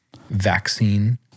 vaccine